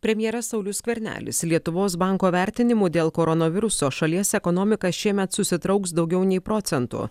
premjeras saulius skvernelis lietuvos banko vertinimu dėl koronaviruso šalies ekonomika šiemet susitrauks daugiau nei procentu